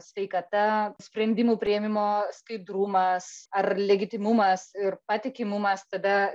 sveikata sprendimų priėmimo skaidrumas ar legitimumas ir patikimumas tada